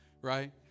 right